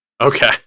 Okay